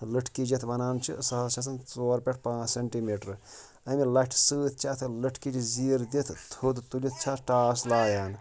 لٔٹھکِچ یَتھ وَنان چھِ سۄ حظ چھِ آسان ژوٗر پٮ۪ٹھ پٲنٛژھ سیٚنٹیٖمیٖٹَر اَمہِ لَٹھہِ سۭتۍ چھِ اَتھ لٔٹھکِچ زیٖر دِتھ تھوٚد تُلِتھ چھِ اَتھ ٹاس لایان